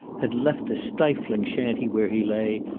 had left the stifling shanty where he lay,